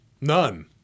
None